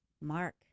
Mark